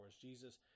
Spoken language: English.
Jesus